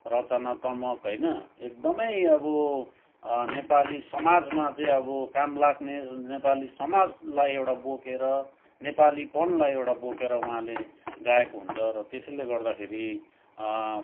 रचनात्मक होइन एकदमै अब नेपाली समाजमा चाहिँ अब काम लाग्ने नेपाली समाजलाई एउटा बोकेर नेपालीपनलाई एउटा बोकेर उहाँले गाएको हुन्छ र त्यसैले गर्दाखेरि